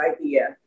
idea